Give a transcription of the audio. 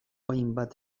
hainbat